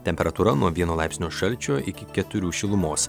temperatūra nuo vieno laipsnio šalčio iki keturių šilumos